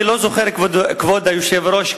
כבוד היושב-ראש,